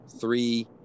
three